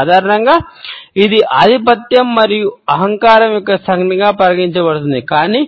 సాధారణంగా ఇది ఆధిపత్యం మరియు అహంకారం యొక్క సంజ్ఞగా పరిగణించబడుతుంది కానీ